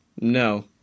no